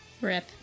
Rip